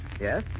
Yes